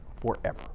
forever